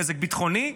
נזק ביטחוני.